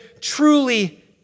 truly